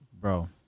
bro